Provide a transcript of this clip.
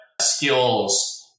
skills